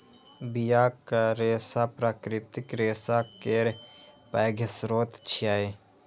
बियाक रेशा प्राकृतिक रेशा केर पैघ स्रोत छियै